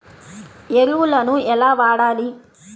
ఎరువులను ఎలా వాడాలి?